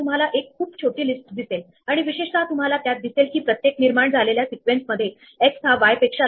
जेव्हा क्यू रिकामी होईल तेव्हा तिथे कोणताही नवीन आधी मार्क न केलेला स्क्वेअर अधिकचा होणार नाही